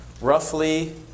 roughly